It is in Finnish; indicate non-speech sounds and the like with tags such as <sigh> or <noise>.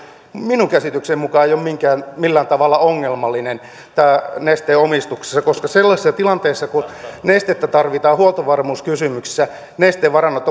minun käsitykseni mukaan ei ole millään tavalla ongelmallinen tämän nesteen omistuksessa koska sellaisessa tilanteessa kun nestettä tarvitaan huoltovarmuuskysymyksissä nesteen varannot <unintelligible>